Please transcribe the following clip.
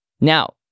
Now